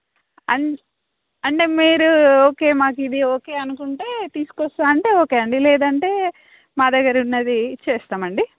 అం అంటే మీరు ఓకే మాకిది ఓకే అనుకుంటే తీసుకొస్తాను అంటే ఓకే అండి లేదంటే మా దగ్గర ఉన్నది చేస్తామండి